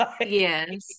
Yes